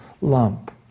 lump